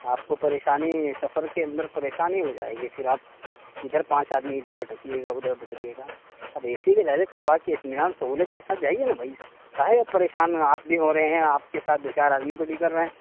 آپ کو پریشانی سفر کے اندر پریشانی ہو جائے گی پھر آپ ادھر پانچ آدمی ادھر بھٹکیے گا ادھر بھٹکیے گا آپ اے سی ڈائریکٹ کٹوا کے اطمینان سہولت کے ساتھ جائیے نا بھائی کاہے آپ پریشان آپ بھی ہو رہے ہیں آپ کے ساتھ دو چار آدمی کو بھی کر رہے ہیں